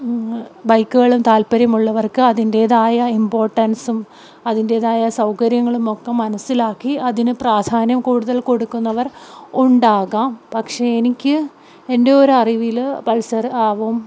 ബൈക്കുകളും താല്പര്യമുള്ളവർക്ക് അതിൻറേതായ ഇമ്പോർട്ടൻസും അതിൻറേതായ സൗകര്യങ്ങളുമൊക്കെ മനസ്സിലാക്കി അതിന് പ്രാധാന്യം കൂടുതൽ കൊടുക്കുന്നവർ ഉണ്ടാകാം പക്ഷേ എനിക്ക് എൻ്റെ ഒരു അറിവിൽ പൾസർ ആകും